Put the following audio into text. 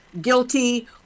guilty